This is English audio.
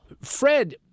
Fred